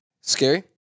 Scary